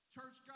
Church